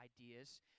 ideas